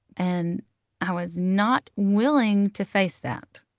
and i was not willing to face that.